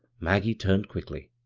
maggie turned quickly.